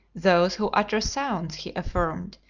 those who utter sounds, he affirmed,